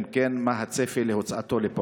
2. אם כן, מה הצפי להוצאתו לפועל?